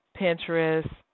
Pinterest